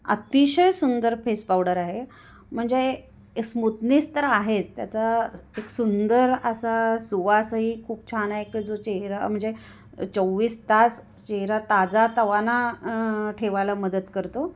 अतिशय सुंदर face powder आहे म्हणजे स्मूथनेस तर आहेच त्याचा एक सुंदर असा सुवासाही खूप छान आहे एक जो चेहरा म्हणजे चोवीस तास चेहरा ताजा तवाना ठेवायला मदत करतो